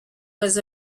was